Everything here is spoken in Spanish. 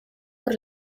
por